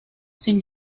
sin